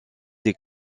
des